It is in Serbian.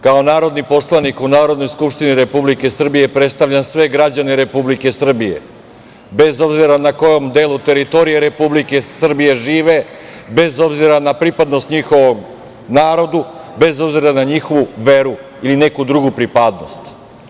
Kao narodni poslanik u Narodnoj skupštini Republike Srbije predstavljam sve građane Republike Srbije, bez obzira na kojem delu teritorije Republike Srbije žive, bez obzira na pripadnost njihovom narodu, bez obzira na njihovu veru ili neku drugu pripadnost.